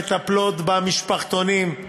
המטפלות במשפחתונים,